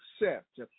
accept